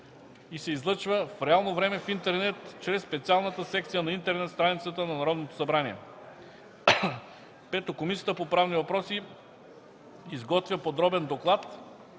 и се излъчва в реално време в интернет чрез специалната секция на интернет страницата на Народното събрание. 5. Комисията по правни въпроси изготвя подробен доклад